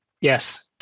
Yes